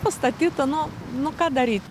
pastatyta nu nu ką daryt